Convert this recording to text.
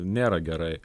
nėra gerai